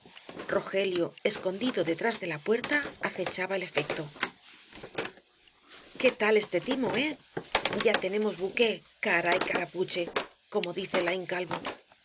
rogelio escondido detrás de la puerta acechaba el efecto qué tal este timo eh ya tenemos buqué caray carapuche como dice laín calvo